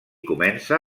comença